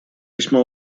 весьма